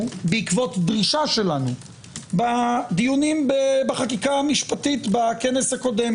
בעקבות דרישה שלנו בדיונים בחקיקה המשפטית בכנס הקודם.